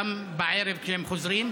וגם בערב, כשהם חוזרים?